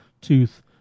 Tooth